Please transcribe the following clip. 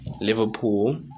Liverpool